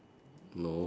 no